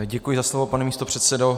Děkuji za slovo, pane místopředsedo.